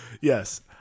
Yes